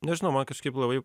nežinau man kažkaip labai